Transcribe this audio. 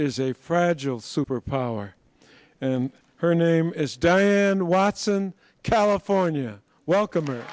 is a fragile superpower and her name is diane watson california welcome